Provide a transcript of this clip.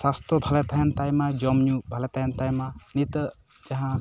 ᱥᱟᱥᱛᱷᱚ ᱵᱷᱟᱞᱮ ᱛᱟᱦᱮᱸᱱ ᱛᱟᱭᱢᱟ ᱡᱚᱢ ᱧᱩ ᱵᱷᱟᱞᱮ ᱛᱟᱦᱮᱸᱱ ᱛᱟᱭᱢᱟ ᱱᱤᱛᱚᱜ ᱡᱟᱦᱟᱸ